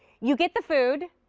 you get the food.